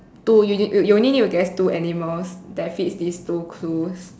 two you you you you only need to guess two animals that fits these two clues